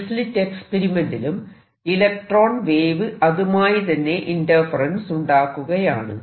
double slit എക്സ്പെരിമെന്റിലും electron wave അതുമായി തന്നെ ഇന്റർഫെറെൻസ് ഉണ്ടാക്കുകയാണ്